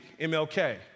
MLK